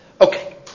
Okay